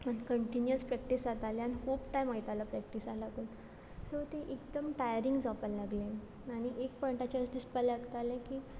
आन continuous practice जाताले आन हूप टायम वयतालो प्रॅक्टिसा लागून सो ती एकदम टायरींग जावपा लागलें आनी एक पॉयंटाचे अश दिसपा लागतालें की